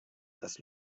das